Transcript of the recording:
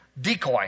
decoy